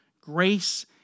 Grace